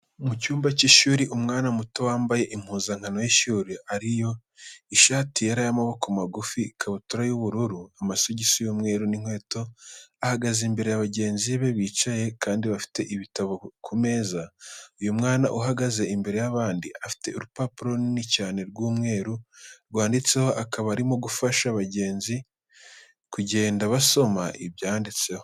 Mu cyumba cy'ishuri, umwana muto wambaye impuzankano y'ishuri ari yo ishati yera y'amaboko magufi, ikabutura y'ubururu, amasogisi y'umweru n'inkweto, ahagaze imbere ya bagenzi be bicaye kandi bafite ibitabo ku meza, uyu mwana uhagaze imbere y'abandi afite urupapuro runini cyane rw'umweru rwanditseho, akaba arimo gufasha bagenzi kugenda basoma ibyanditseho.